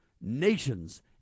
nations